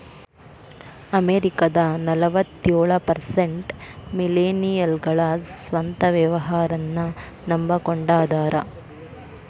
ಅಮೆರಿಕದ ನಲವತ್ಯೊಳ ಪರ್ಸೆಂಟ್ ಮಿಲೇನಿಯಲ್ಗಳ ಸ್ವಂತ ವ್ಯವಹಾರನ್ನ ನಂಬಕೊಂಡ ಅದಾರ